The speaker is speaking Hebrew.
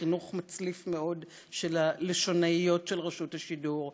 מחינוך מצליף מאוד של הלשונאיות של רשות השידור,